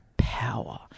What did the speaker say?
power